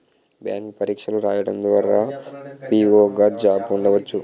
bank పరీక్షలు రాయడం ద్వారా పిఓ గా జాబ్ పొందవచ్చు